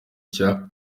cya